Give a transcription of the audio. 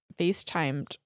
FaceTimed